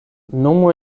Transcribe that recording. nomo